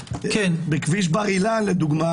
בכביש בר אילן, לדוגמה